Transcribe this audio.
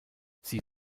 sie